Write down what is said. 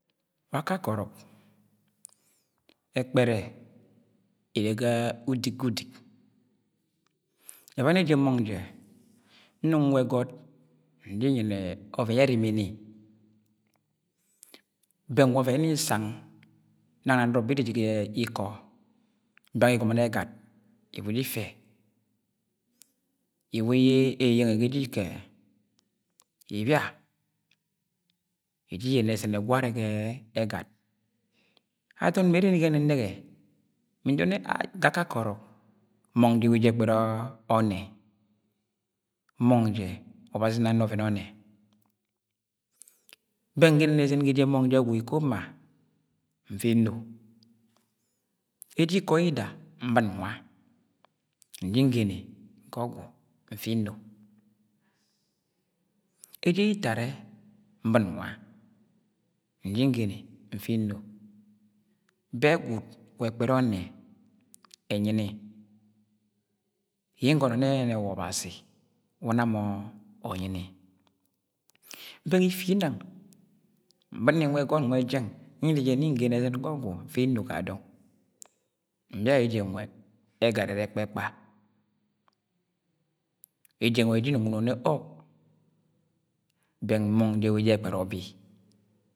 Wa akakẹ ọrọk ẹkpẹrẹ ere ga udik ga udik ẹbani eje ẹmọng jẹ nnung nwa ẹgọt nji nyẹnẹ ọvẹn ye erimi ni bẹng wa ọvẹn yẹ nni nsang nang na nọrọ bẹ irẹ jẹ ga ikọ bẹng igomo ni ẹgat iwa iji ifẹ iwa eyeyenge ga eje ikọẹ ibia iji iyẹnẹ ẹzẹn ẹgwu warẹ ga ẹgat adọn me ereni ga ẹnẹnẹge mí ndod nne ai! ga akakẹ ọrọk mọng jẹ wa eje ẹkpẹrẹ ọnnẹ mọng jẹ ọbazi ena ni ọvẹn ọnnẹ, bẹng ngene ni ẹzẹn ga eje mọnv jẹ ẹgwu ikoma nfi nno, eje ikọ yida nbon nwa nji ngene gọ ọgwu nfi nno eje yẹ itad ẹ nbɨn nwa nji ngene nfi nno be gwud wa ẹkpere ọnne ẹnyi ni yi ngono nne wa obazi una mọ unyi ni, beng ifi nang nboni nwa ẹgọt nwẹ jẹng ye nre jẹ nni ngene ẹzẹn ga ogwu nfi nno ga dọng nbia eje nwẹ ẹgat ere ẹkpẹkpa eje nwẹ wa eje nnung nwuno nne oh bẹng mọng je wa eje ẹkpẹrẹ ubi.